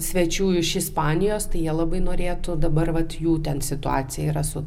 svečių iš ispanijos tai jie labai norėtų dabar vat jų ten situacija yra su